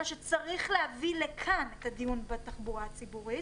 שצריך להביא לכאן בדיון בתחבורה הציבורית,